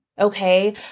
Okay